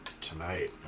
tonight